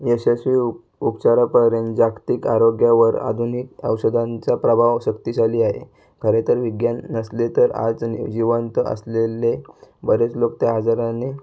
यशस्वी उप् उपचारापर्यंत जागतिक आरोग्यावर आधुनिक औषधांचा प्रभाव शक्तीशाली आहे खरे तर विज्ञान नसले तर आज आणि जिवंत असलेले बरेच लोक त्या आजारांनी